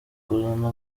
kuzana